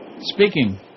Speaking